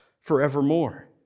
forevermore